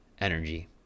energy